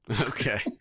Okay